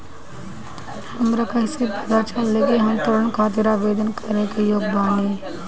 हमरा कईसे पता चली कि हम ऋण खातिर आवेदन करे के योग्य बानी?